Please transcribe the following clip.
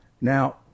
now